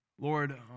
Lord